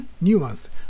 nuance